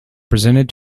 presented